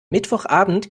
mittwochabend